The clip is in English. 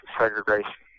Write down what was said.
segregation